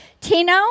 Tino